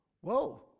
whoa